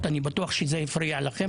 אני שמעתי אותו מציג את המקרה.